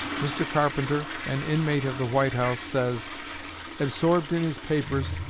mr. carpenter, an inmate of the white house, says absorbed in his papers,